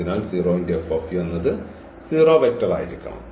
അതിനാൽ എന്നത് 0 വെക്റ്റർ ആയിരിക്കണം